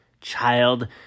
child